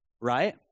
Right